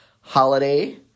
holiday